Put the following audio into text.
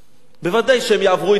ודאי שהם יעברו את מצרים.